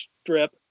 strip